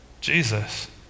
Jesus